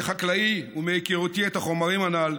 כחקלאי ומהיכרותי את החומרים הנ"ל,